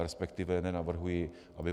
Respektive nenavrhuji, aby